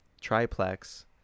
triplex